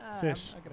Fish